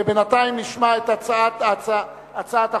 ובינתיים נשמע את הצעת החוק.